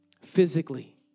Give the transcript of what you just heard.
physically